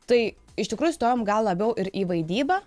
tai iš tikrųjų stojom gal labiau ir į vaidybą